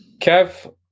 Kev